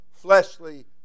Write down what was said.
fleshly